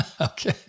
Okay